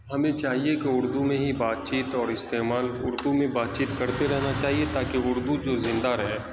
ہمیں چاہیے کہ اردو میں ہی بات چیت اور استعمال اردو میں بات چیت کرتے رہنا چاہیے تاکہ اردو جو زندہ رہے